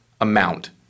amount